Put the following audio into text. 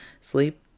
Sleep